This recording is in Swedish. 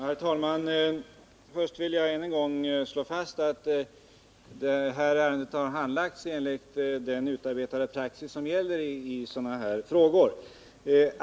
Herr talman! Först vill jag än en gång slå fast att det här ärendet har handlagts enligt den utarbetade praxis som gäller i sådana frågor.